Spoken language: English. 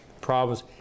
problems